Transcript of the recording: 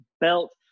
belt